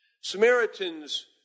Samaritans